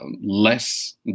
less